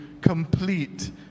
complete